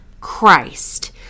Christ